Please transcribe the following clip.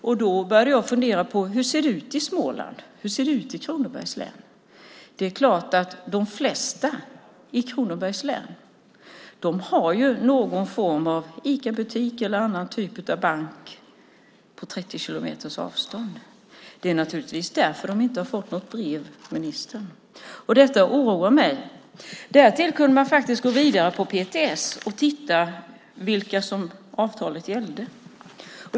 Jag började fundera på hur det ser ut i Småland, i Kronobergs län. Det är klart att de flesta i Kronobergs län har någon form av Icabutik eller bank på 30 kilometers avstånd. Det är naturligtvis därför de inte har fått något brev, ministern. Detta oroar mig. Därtill kunde man gå vidare på PTS hemsida och titta på vilka som avtalet gäller.